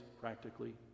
practically